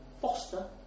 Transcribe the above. Foster